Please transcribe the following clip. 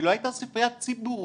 היא לא הייתה ספרייה ציבורית,